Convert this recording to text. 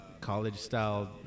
college-style